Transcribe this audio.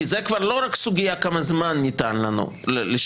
כי זו כבר לא רק סוגיה כמה זמן ניתן לנו לשכנע,